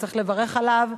וצריך לברך עליו,